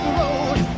road